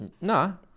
no